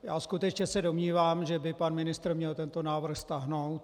Já se skutečně domnívám, že by pan ministr měl tento návrh stáhnout.